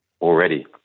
already